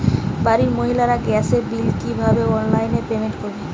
বাড়ির মহিলারা গ্যাসের বিল কি ভাবে অনলাইন পেমেন্ট করবে?